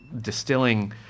distilling